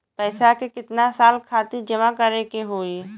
पैसा के कितना साल खातिर जमा करे के होइ?